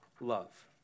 love